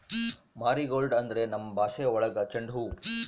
marigold ಅಂದ್ರೆ ನಮ್ ಭಾಷೆ ಒಳಗ ಚೆಂಡು ಹೂವು